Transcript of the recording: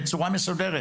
בצורה מסודרת,